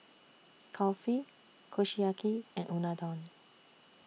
Kulfi Kushiyaki and Unadon